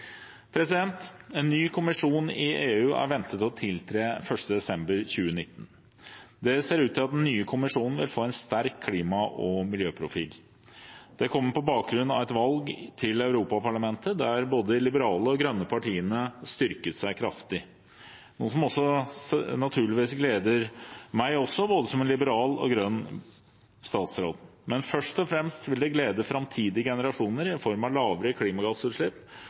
En ny kommisjon i EU er ventet å tiltre 1. desember 2019. Det ser ut til at den nye kommisjonen vil få en sterk klima- og miljøprofil. Det kommer på bakgrunn av et valg til Europaparlamentet der både de liberale og grønne partiene styrket seg kraftig, noe som naturligvis gleder meg som en liberal og grønn statsråd, men først og fremst vil det glede framtidige generasjoner i form av lavere klimagassutslipp